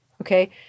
Okay